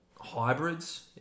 hybrids